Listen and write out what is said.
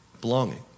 belonging